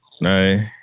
No